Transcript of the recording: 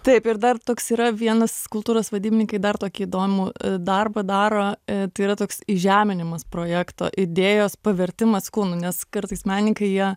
taip ir dar toks yra vienas kultūros vadybininkai dar tokį įdomų darbą daro tai yra toks įžeminimas projekto idėjos pavertimas kūnu nes kartais menininkai jie